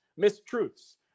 mistruths